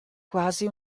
quasi